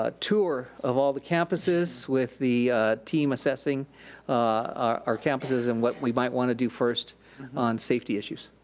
ah tour of all the campuses with the team assessing our campuses and what we might wanna do first on safety issues.